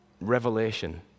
revelation